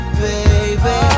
baby